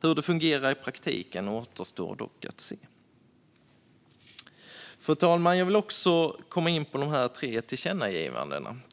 Hur det kommer att fungera i praktiken återstår dock att se. Fru talman! Jag vill också komma in på de tre tillkännagivanden som föreslås.